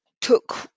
took